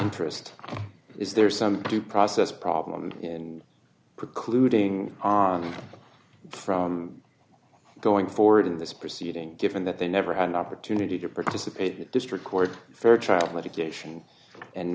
interest is there some due process problem and precluding on going forward in this proceeding given that they never had an opportunity to participate in district court for child litigation and